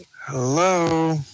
Hello